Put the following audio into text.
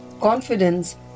confidence